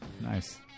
Nice